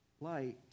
light